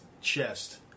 chest